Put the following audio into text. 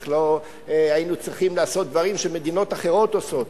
איך לא היינו צריכים לעשות דברים שמדינות אחרות עושות.